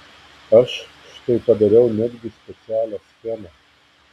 aš štai padariau netgi specialią schemą